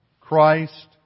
Christ